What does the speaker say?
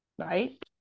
right